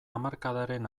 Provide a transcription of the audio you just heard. hamarkadaren